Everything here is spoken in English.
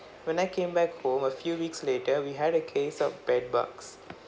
when I came back home a few weeks later we had a case of bedbugs